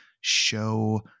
show